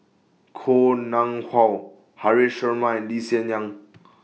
Koh Nguang How Haresh Sharma and Lee Hsien Yang